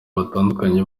batandukanye